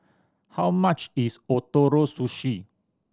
how much is Ootoro Sushi